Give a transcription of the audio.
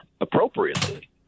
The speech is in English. appropriately